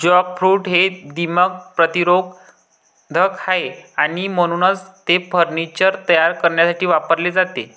jackfruit हे दीमक प्रतिरोधक आहे आणि म्हणूनच ते फर्निचर तयार करण्यासाठी वापरले जाते